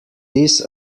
this